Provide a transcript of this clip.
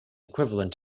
equivalent